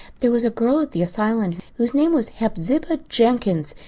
there was a girl at the asylum whose name was hepzibah jenkins,